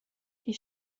die